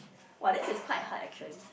!wah! this is quite hard actually